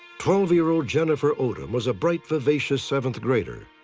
twelve year old jennifer odom was a bright, vivacious seventh grader.